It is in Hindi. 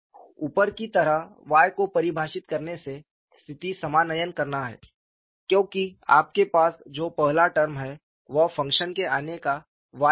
ऊपर की तरह Y को परिभाषित करने से स्थिति समानयन करना है क्योंकि आपके पास जो पहला टर्म है वह फ़ंक्शन के आने का y गुना है